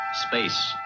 Space